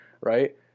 right